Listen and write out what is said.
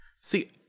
See